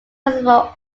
accessible